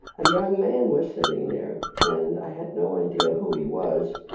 a young man was sitting there, and i had no idea who he was.